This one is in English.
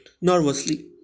nervously